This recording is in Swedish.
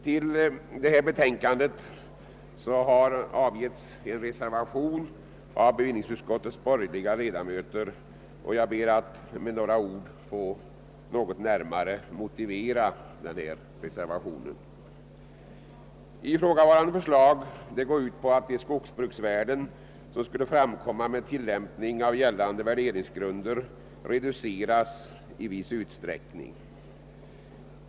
Till betänkandet har avgivits en reservation av bevillningsutskottets borgerliga ledamöter, och jag ber att med några få ord få närmare motivera reservationen. Ifrågavarande förslag går ut på att de skogsbruksvärden som skulle framkomma med tillämpning av gällande värderingsgrunder reduceras i viss utsträckning.